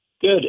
Good